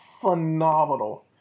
phenomenal